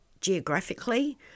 geographically